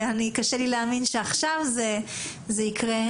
קשה לי להאמין שעכשיו זה יקרה,